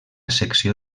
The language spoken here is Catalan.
secció